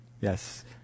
Yes